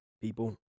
people